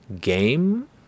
Game